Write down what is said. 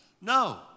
No